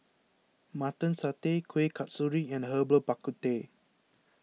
Mutton Satay Kueh Kasturi and Herbal Bak Ku Teh